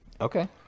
Okay